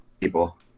people